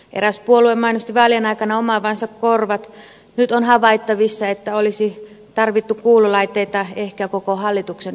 eräs puolue mainosti vaalien aikana omaavansa korvat nyt on havaittavissa että olisi tarvittu kuulolaitteita ehkä koko hallituksen porukalle